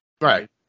right